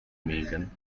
megan